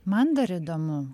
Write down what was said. man dar įdomu